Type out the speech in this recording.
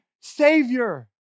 Savior